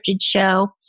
show